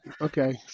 okay